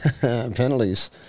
penalties